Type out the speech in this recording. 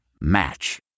Match